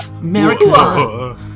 America